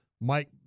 Mike